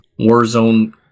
Warzone